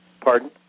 Pardon